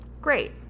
Great